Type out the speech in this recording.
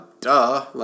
Duh